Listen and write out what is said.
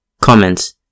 Comments